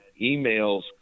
emails